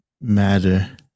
matter